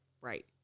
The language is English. Right